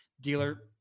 Dealer